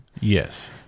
yes